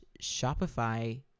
Shopify